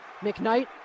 McKnight